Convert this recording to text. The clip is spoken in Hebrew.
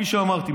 כפי שאמרתי,